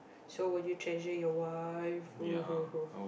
so will you treasure your wife ho ho ho